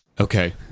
Okay